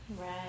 Right